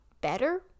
better